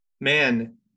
man